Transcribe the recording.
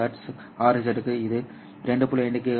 25GHz RZ க்கு இது 2